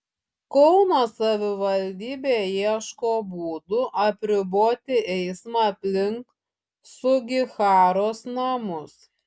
kauno savivaldybė ieško būdų apriboti eismą aplink sugiharos namus